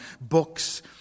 Books